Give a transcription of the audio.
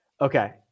Okay